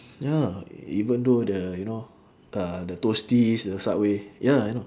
ya even though the you know uh the toasties the subway ya I know